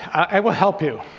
i will help you.